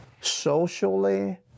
socially